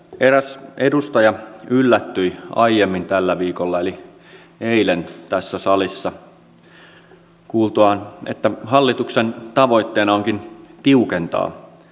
eräs edustaja yllättyi aiemmin tällä viikolla eli eilen tässä salissa kuultuaan että hallituksen tavoitteena onkin tiukentaa maahanmuuttopolitiikkaa